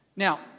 Now